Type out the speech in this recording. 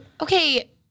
Okay